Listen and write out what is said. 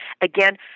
Again